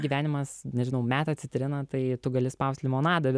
gyvenimas nežinau meta citriną tai tu gali spaust limonadą ir